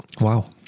Wow